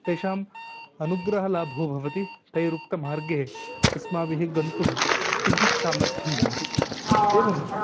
तेषाम् अनुग्रहलाभो भवति तैरुक्तमार्गे अस्माभिः गन्तुं किञ्चित् सामर्थ्यं भवति एवम्